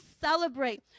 celebrate